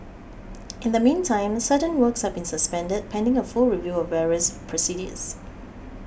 in the meantime certain works have been suspended pending a full review of various procedures